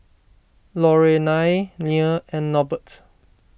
Lorelai Leah and Norbert